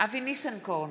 אבי ניסנקורן,